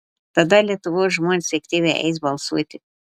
tada lietuvos žmonės aktyviai eis balsuoti